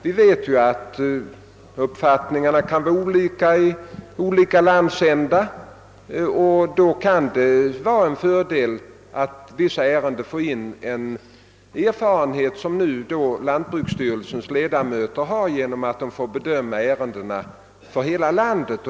Vi vet att uppfattningarna kan vara skilda i olika landsändar, och då kan det vara en fördel att i vissa ärenden få in den erfarenhet som lantbruksstyrelsens ledamöter har genom att de får bedöma ärendena för hela landet.